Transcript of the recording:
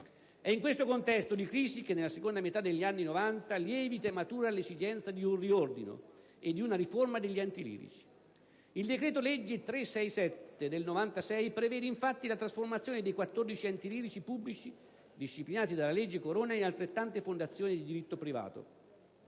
È in questo contesto di crisi che nella seconda metà degli anni '90 lievita e matura l'esigenza di un riordino e di una riforma degli enti lirici. Il decreto-legge n. 367 del 1996, prevede infatti la trasformazione dei 14 enti lirici pubblici, disciplinati dalla legge Corona, in altrettante fondazioni di diritto privato,